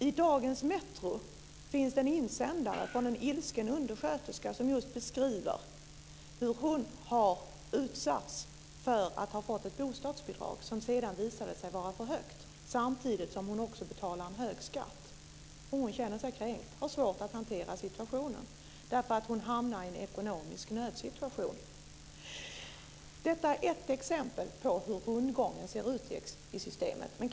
I dagens Metro finns det en insändare från en ilsken undersköterska som just beskriver hur hon har utsatts för att ha fått ett bostadsbidrag som sedan visade sig ha varit för högt samtidigt som hon också betalar hög skatt. Hon känner sig kränkt och har svårt att hantera situationen. Hon hamnar ju i en ekonomisk nödsituation. Detta är ett exempel på hur rundgången i systemet ser ut.